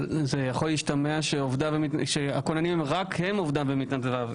אבל זה יכול להשתמע שהכוננים רק הם עובדיו ומתנדביו.